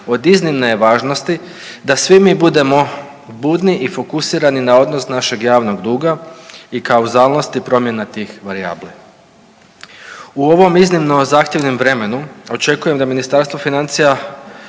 od iznimne je važnosti da svi mi budemo budni i fokusirani na odnos našeg javnog duga i kao … /ne razumije se/ … promjene tih varijabli. U ovom iznimno zahtjevnom vremenu očekujem da Ministarstvo financija